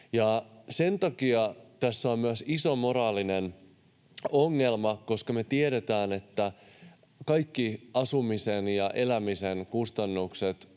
Sen takia tässä on myös iso moraalinen ongelma, koska me tiedetään, että kaikki asumisen ja elämisen kustannukset